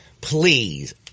please